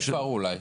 עפר אולי.